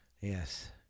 Yes